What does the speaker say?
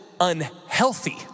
unhealthy